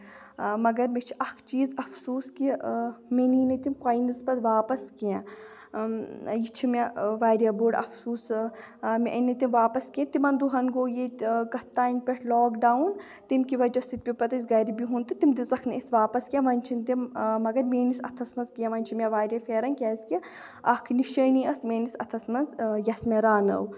مَگر مےٚ چھُ اکھ چیٖز اَفسوٗس کہِ مےٚ نی نہٕ تِم کوینٕز پَتہٕ واپَس کیٚنٛہہ یہِ چھُ مےٚ واریاہ بوٚڑ اَفسوٗس مےٚ أنۍ نہٕ تِم واپس کیٚنٛہہ تِمن دۄہن گوٚو ییٚتہِ کَتھ تام پٮ۪ٹھ لاک ڈاوُن تَمہِ کہِ وجہہ سۭتۍ پیوو پَتہٕ اَسہِ گرِ بِہُن تہٕ تِم دِژکھ نہٕ اَسہِ پَتہٕ واپس کیٚنٛہہ وۄنۍ چھِ نہٕ تِم مگر میٲنِس اَتھس منٛز کینہہ وۄنۍ چھُ مےٚ واریاہ پھیرن کیازِ کہِ اکھ نِشٲنی ٲسۍ میٲنِس اَتھس منٛز یۄس مےٚ راورٲو